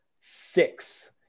Six